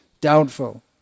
doubtful